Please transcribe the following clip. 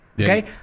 okay